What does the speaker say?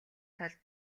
талд